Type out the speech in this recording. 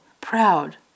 proud